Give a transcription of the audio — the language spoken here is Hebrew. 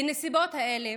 בנסיבות האלה